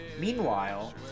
Meanwhile